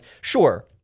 sure